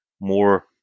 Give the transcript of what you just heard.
More